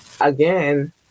again